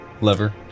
Lever